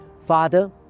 Father